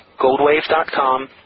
goldwave.com